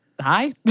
Hi